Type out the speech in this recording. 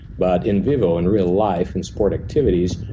but in vivo, in real life in sport activities,